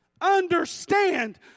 understand